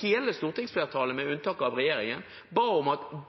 hele stortingsflertallet med unntak av regjeringen, ba om at